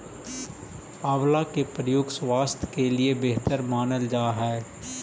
आंवला के प्रयोग स्वास्थ्य के लिए बेहतर मानल जा हइ